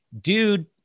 dude